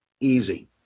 easy